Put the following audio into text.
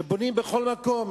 שבונים בכל מקום.